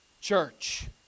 church